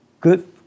good